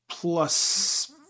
Plus